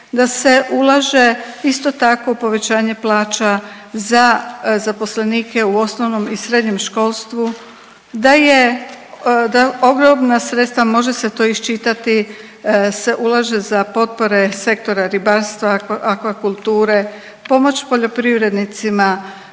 da se ulaže isto tako povećanje plaća za zaposlenike u osnovnom i srednjem školstvu, da je ogromna sredstva može se to iščitati se ulaže za potpore sektora ribarstva, akvakulture, pomoć poljoprivrednicima,